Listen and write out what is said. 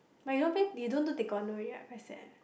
like you don't play you don't do taekwondo ya quite sad